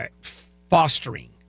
fostering